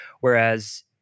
Whereas